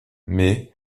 mai